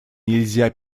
нельзя